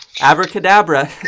Abracadabra